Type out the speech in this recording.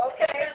Okay